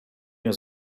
nie